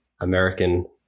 American